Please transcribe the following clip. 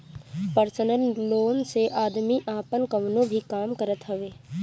personal loan से आदमी आपन कवनो भी काम करत हवे